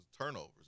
turnovers